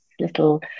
little